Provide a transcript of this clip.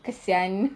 kesian